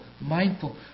mindful